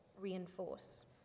reinforce